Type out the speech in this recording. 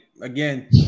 again